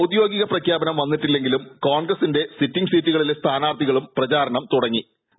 ഔദ്യോഗിക പ്രഖ്യാപനം വന്നിട്ടില്ലെങ്കിലും കോൺഗ്രസിന്റെ സിറ്റിംഗ് സീറ്റുകളിലെ സ്ഥാനാർത്ഥികളും പ്രചാരണം തുടങ്ങി കഴിഞ്ഞു